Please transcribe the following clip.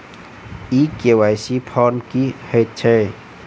ई KYC form की हएत छै?